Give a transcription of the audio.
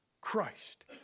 Christ